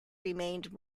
remained